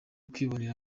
kwibonera